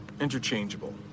interchangeable